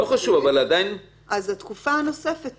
אז אנחנו נישאר בזה.